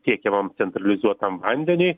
tiekiamam centralizuotam vandeniui